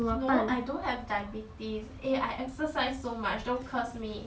no I don't have diabetes eh I exercise so much don't curse me